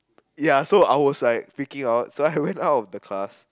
ya so I was like freaking out so I went out of the class